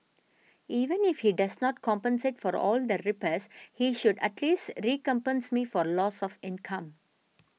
even if he does not compensate for all the repairs he should at least recompense me for loss of income